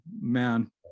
man